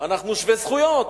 אנחנו שווי זכויות.